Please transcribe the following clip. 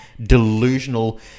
delusional